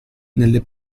nelle